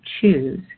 choose